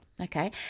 okay